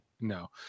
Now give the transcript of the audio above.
No